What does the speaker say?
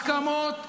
הסכמות ופשרות.